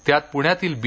त्यात पुण्यातील बी